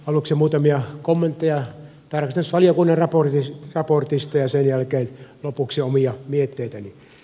aluksi muutamia kommentteja tarkastusvaliokunnan raportista ja sen jälkeen lopuksi omia mietteitäni